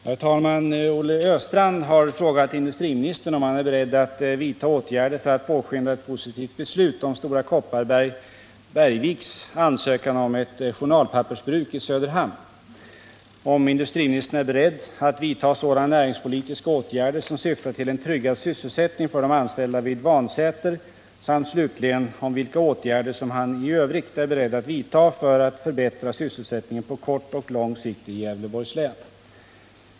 Herr talman! Olle Östrand har frågat industriministern om han är beredd att vidta åtgärder för att påskynda ett positivt beslut om Stora Kopparberg Bergviks ansökan om ett journalpappersbruk i Söderhamn, om industriministern är beredd att vidta sådana näringspolitiska åtgärder som syftar till en tryggad sysselsättning för de anställda vid Vannsäter samt slutligen om vilka åtgärder som han i övrigt är beredd att vidta för att förbättra sysselsättningen på kort och lång sikt i Gävleborgs län.